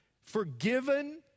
forgiven